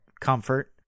comfort